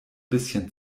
bisschen